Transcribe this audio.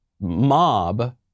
mob